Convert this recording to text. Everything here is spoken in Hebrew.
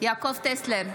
יעקב טסלר,